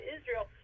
Israel